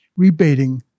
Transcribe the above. rebating